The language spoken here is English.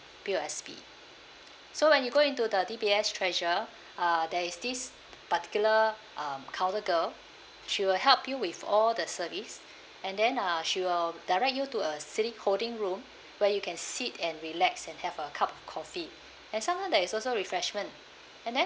P_O_S_B so when you go into the D_B_S treasure uh there is this particular um counter girl she will help you with all the service and then uh she will direct you to a sitting holding room where you can sit and relax and have a cup of coffee and sometime there is also refreshment and then